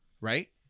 right